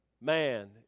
Man